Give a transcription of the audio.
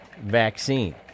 vaccine